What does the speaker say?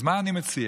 אז מה אני מציע?